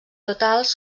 totals